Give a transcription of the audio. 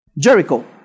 Jericho